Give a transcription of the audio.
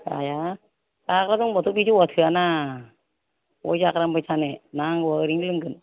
जाया जाग्रा दंबाथ' बे जौआ थोआना बबेहाय जाग्रा मोनबाय थानो नांगौबा ओरैनो लोंगोन